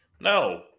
No